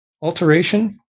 alteration